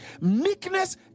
meekness